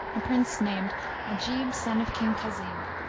a prince named ajib son of king khazib.